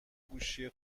گوشی